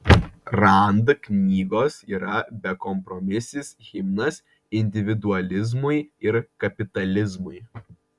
rand knygos yra bekompromisis himnas individualizmui ir kapitalizmui